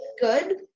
good